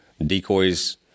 Decoys